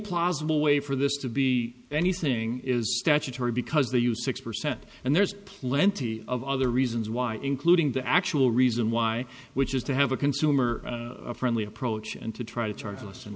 plausible way for this to be anything is statutory because they use six percent and there's plenty of other reasons why including the actual reason why which is to have a consumer friendly approach and to try to charge